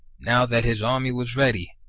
now that his army was ready,